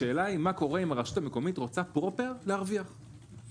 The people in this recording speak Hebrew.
השאלה היא מה קורה אם הרשות המקומית רוצה פרופר להרוויח מהקליטה.